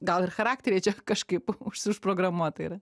gal ir charakteryje čia kažkaip už užprogramuota yra